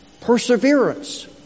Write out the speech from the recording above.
perseverance